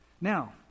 Now